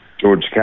George